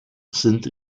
sind